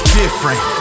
different